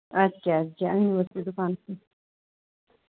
ادٕ کیاہ اَدٕ کیٛاہ أنِو حظ تُہۍ دُکانَس پٮ۪ٹھ